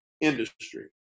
industry